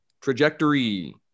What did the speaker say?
Trajectory